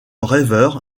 rêveur